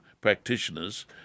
practitioners